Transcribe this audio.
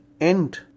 end